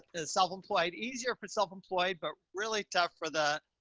ah, self-employed easier for self-employed, but really tough for the,